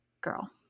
girl